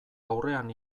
aurrean